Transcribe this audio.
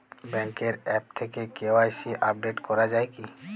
ব্যাঙ্কের আ্যপ থেকে KYC update করা যায় কি?